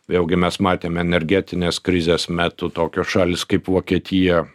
vėlgi mes matėm energetinės krizės metu tokios šalys kaip vokietija